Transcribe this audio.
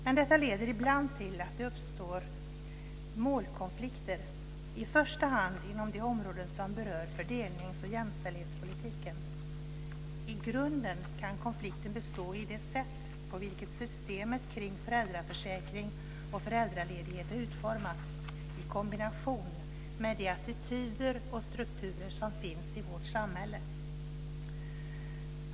Men detta leder ibland till att det uppstår målkonflikter, i första hand inom de områden som berör fördelnings och jämställdhetspolitiken. I grunden kan konflikten bestå i det sätt på vilket systemet kring föräldraförsäkring och föräldraledighet är utformat, i kombination med de attityder och strukturer som finns i vårt samhälle.